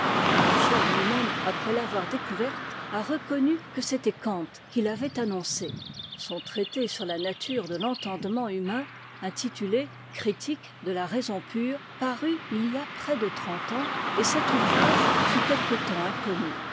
hersche tui même après l'avoir découverte a reconnu que c'était kant qui l'avait annoncée son traité sur la nature de l'entendement humain intitulé critique de la raison pure parut il y a près de trente ans et kant cet ouvrage fut quelque temps inconnu